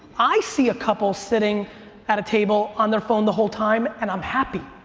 i see a couple sitting at a table on their phone the whole time, and i'm happy.